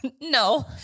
No